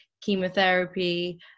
chemotherapy